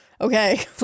okay